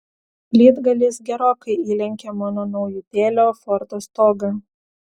plytgalis gerokai įlenkė mano naujutėlio fordo stogą